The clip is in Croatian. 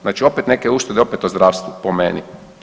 Znači opet neke uštede opet u zdravstvu po meni.